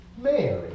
Mary